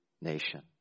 nation